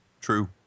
True